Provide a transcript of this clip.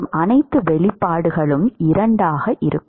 மற்றும் அனைத்து வெளிப்பாடுகளும் 2 ஆக இருக்கும்